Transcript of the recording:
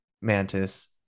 Mantis